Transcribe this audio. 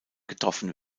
getroffen